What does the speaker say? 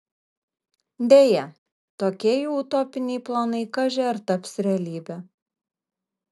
deja tokie jų utopiniai planai kaži ar taps realybe